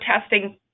testing